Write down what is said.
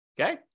okay